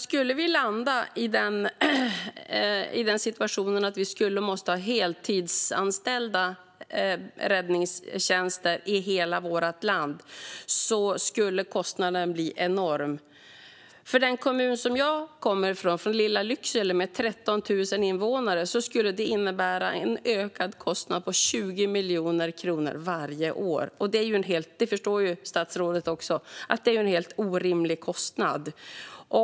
Skulle vi landa i den situationen att vi måste ha heltidsanställda räddningstjänster i hela vårt land skulle kostnaden bli enorm. För den kommun som jag kommer ifrån, lilla Lycksele med 13 000 invånare, skulle det innebära en ökad kostnad på 20 miljoner kronor varje år. Det förstår också statsrådet är en helt orimlig kostnad.